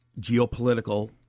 geopolitical